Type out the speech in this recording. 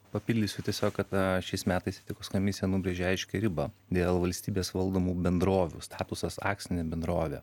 papildysiu tiesiog kad šiais metais etikos komisija nubrėžė aiškią ribą dėl valstybės valdomų bendrovių statusas akcinė bendrovė